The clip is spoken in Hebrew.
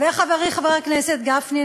וחברי חבר הכנסת גפני?